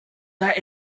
that